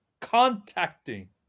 contacting